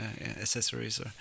accessories